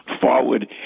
forward